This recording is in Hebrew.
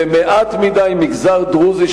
ומעט מדי מגזר דרוזי,